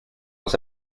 los